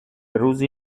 روزی